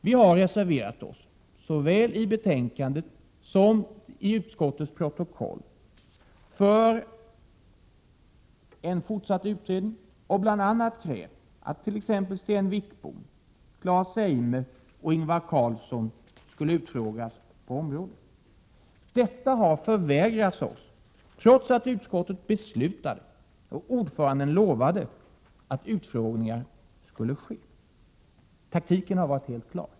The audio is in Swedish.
Vi har reserverat oss såväl i betänkandet som i utskottets protokoll för en fortsatt utredning och bl.a. krävt att Sten Wickbom, Claes Zeime och Ingvar Carlsson skulle utfrågas. Detta har förvägrats oss, trots att utskottet beslutade, och ordföranden lovade, att utfrågningar skulle ske. Taktiken har varit klar.